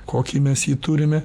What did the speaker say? kokį mes jį turime